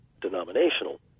denominational